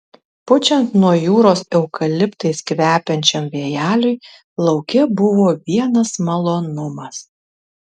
pučiant nuo jūros eukaliptais kvepiančiam vėjeliui lauke buvo vienas malonumas